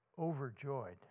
overjoyed